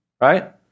right